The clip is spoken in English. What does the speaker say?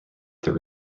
their